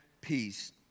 peace